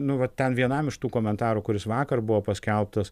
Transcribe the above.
nu va ten vienam iš tų komentarų kuris vakar buvo paskelbtas